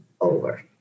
over